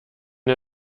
der